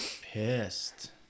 pissed